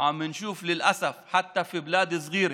ואנו רואים, למרבה הצער,